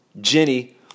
jenny